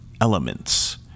elements